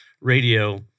radio